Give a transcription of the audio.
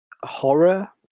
horror